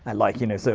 ah like you know, so